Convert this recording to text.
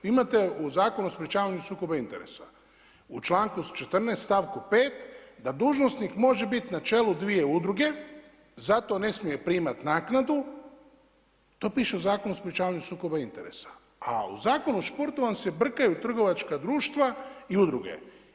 Vi imate Zakon o sprečavanju sukoba interesa u članku 14. stavku 5. da dužnosnik može biti na čelu dvije udruge, za to ne smije primati naknadu, to piše u Zakonu o sprečavanju sukoba interesa, a u Zakonu o sportu vam se brkaju trgovačka društva i udruge.